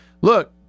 Look